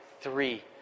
three